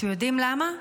אתם יודעים למה?